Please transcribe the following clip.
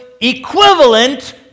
equivalent